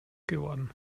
geworden